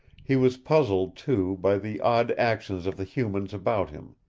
he was puzzled, too, by the odd actions of the humans about him.